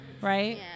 Right